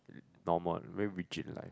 normal when we chit like